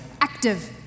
active